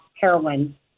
heroin